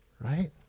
right